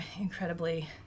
incredibly